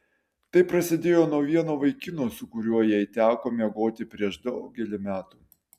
tai prasidėjo nuo vieno vaikino su kuriuo jai teko miegoti prieš daugelį metų